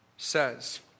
Says